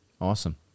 Awesome